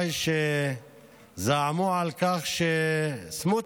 חבריי שזעמו על כך שסמוטריץ'